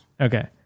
Okay